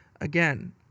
Again